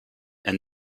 and